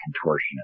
contortionist